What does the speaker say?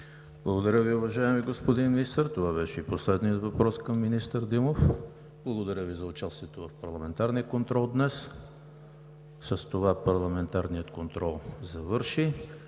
Благодаря Ви, уважаеми господин Министър. Това беше и последният въпрос към министър Димов. Благодаря Ви за участието в парламентарния контрол днес. С това парламентарният контрол завърши.